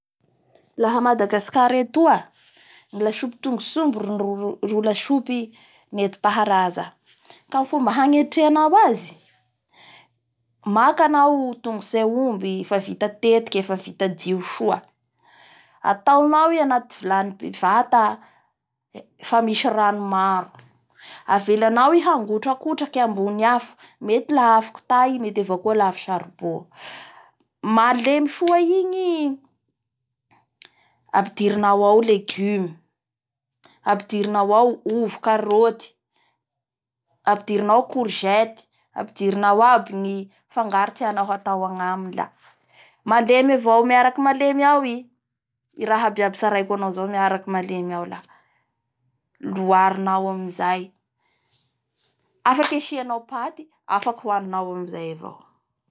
Laha a Madagascara atao ny lasopy tongotsomby ro lasopy nentimpaharaza. Ka ny fomba hanetrehanao azy maka anao tongotsy aomby fa vita tetiky fa vita dio soa. Ataonao i anaty viany bevata fa misy rano maro avelanao i hangotrakotraky ambony afo. Mety la afo kitay. Mety avao koa a afo charbon. Malemy soa igny i apidirinao ao légume Apidirinao ao ovy karoty. Apidirinao courgette, apidirinao ao aby ny fangaro tianao agnaminy. La maleny avao miaraky malemy ao i, i raha abiabay tsaraiko aminao zao miaraky malemy ao la oarinao amizay. Afaky asianao paty afaky hohaninao amizay avao.